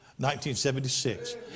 1976